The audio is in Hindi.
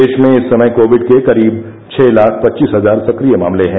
देश में इस समय कोविड के करीब छह लाख पच्चीस हजार सक्रिय मामले हैं